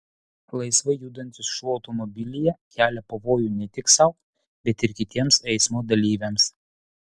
laisvai judantis šuo automobilyje kelia pavojų ne tik sau bet ir kitiems eismo dalyviams